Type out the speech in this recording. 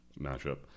matchup